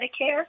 Medicare